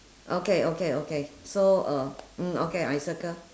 okay okay okay so uh mm okay I circle